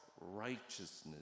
righteousness